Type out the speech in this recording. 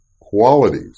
qualities